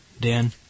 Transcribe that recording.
dan